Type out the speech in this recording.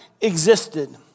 existed